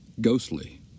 Ghostly